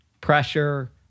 pressure